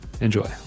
Enjoy